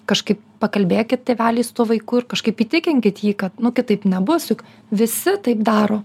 kažkaip pakalbėkit tėveliai su tuo vaiku ir kažkaip įtikinkit jį kad nu kitaip nebus juk visi taip daro